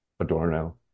Adorno